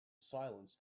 silence